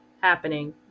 happening